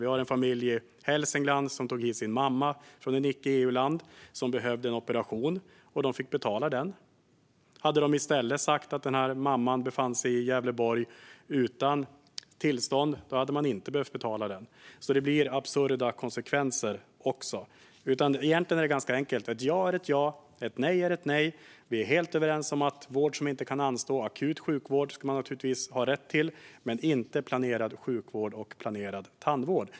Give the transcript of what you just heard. Vi har en familj i Hälsingland som tog hit sin mamma från ett icke-EU-land. Hon behövde en operation, och de fick betala för den. Hade de i stället sagt att mamman befann sig i Gävleborg utan tillstånd hade de inte behövt betala för operationen. Det blir alltså absurda konsekvenser också. Egentligen är det ganska enkelt: Ett ja är ett ja, och ett nej är ett nej. Vi är helt överens om att man naturligtvis ska ha rätt till vård som inte kan anstå, det vill säga akut sjukvård, men vi är inte överens när det gäller planerad sjukvård och planerad tandvård.